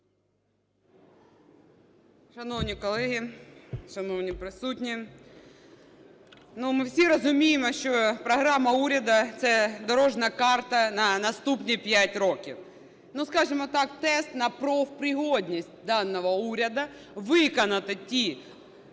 Шановні колеги, шановні присутні! Ми всі розуміємо, що програма уряду – це дорожня карта на наступні 5 років. Скажемо так, тест на профпригодність даного уряду виконати ті